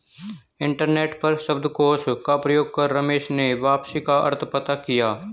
internet पर शब्दकोश का प्रयोग कर रमेश ने वापसी का अर्थ पता किया